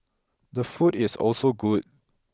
the food is also good